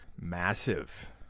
massive